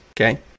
okay